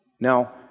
Now